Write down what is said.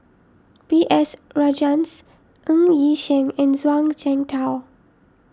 B S Rajhans Ng Yi Sheng and Zhuang Shengtao